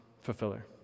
fulfiller